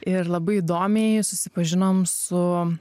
ir labai įdomiai susipažinom su